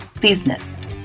business